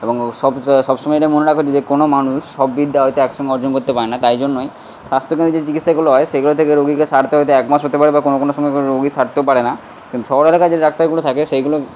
এবং সব সবসময় এটা মনে রাখবেন যে কোনো মানুষ সব বিদ্যা হয়তো একসঙ্গে অর্জন করতে পারে না তাই জন্যই স্বাস্থ্যকেন্দ্রে যে চিকিৎসাগুলো হয় সেগুলো থেকে রোগীকে সারতে হয়তো এক মাস হতে পারে বা কোনো কোনো সময় আবার রোগী সারতেও পারে না কিন্তু শহর এলাকায় যে ডাক্তারগুলো থাকে সেইগুলো